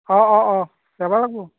অঁ অঁ অঁ যাব লাগিব